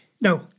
No